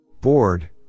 Bored